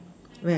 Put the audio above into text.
where